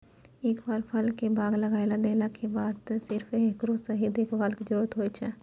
एक बार फल के बाग लगाय देला के बाद सिर्फ हेकरो सही देखभाल के जरूरत होय छै